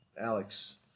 Alex